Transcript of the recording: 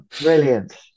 Brilliant